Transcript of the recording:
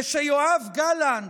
ושיואב גלנט,